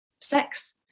sex